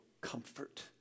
comfort